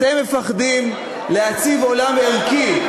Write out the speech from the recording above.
אתם מפחדים להציב עולם ערכי.